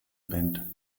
band